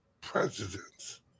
presidents